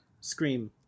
Scream